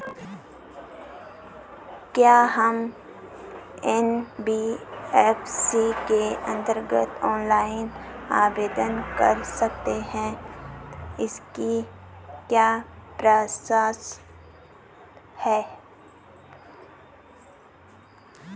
क्या हम एन.बी.एफ.सी के अन्तर्गत ऑनलाइन आवेदन कर सकते हैं इसकी क्या प्रोसेस है?